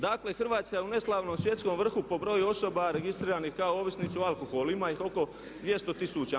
Dakle, Hrvatska je u neslavnom svjetskom vrhu po broju osoba registriranih kao ovisnici o alkoholu, ima ih oko 200 tisuća.